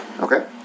Okay